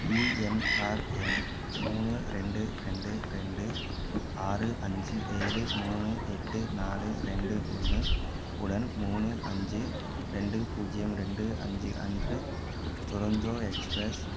PNR எண் மூணு ரெண்டு ரெண்டு ரெண்டு ஆறு அஞ்சு ஏழு மூணு எட்டு நாலு ரெண்டு ஒன்று உடன் மூணு அஞ்சு ரெண்டு பூஜ்ஜியம் ரெண்டு அஞ்சு அன்று துரந்தோ எக்ஸ்பிரஸ்